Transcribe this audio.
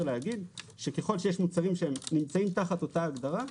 לומר שככל שיש מצבים שנמצאים תחת אותה הגדרה,